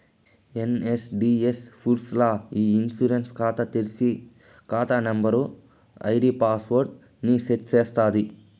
NSDL పూర్స్ ల్ల ఇ ఇన్సూరెన్స్ కాతా తెర్సి, కాతా నంబరు, ఐడీ పాస్వర్డ్ ని సెట్ చేస్తాది